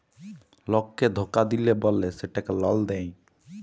লককে ধকা দিল্যে বল্যে সেটকে লল দেঁয়